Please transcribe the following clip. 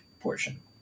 portion